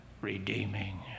redeeming